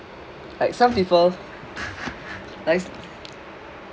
like some people like